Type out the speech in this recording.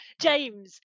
James